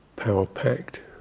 power-packed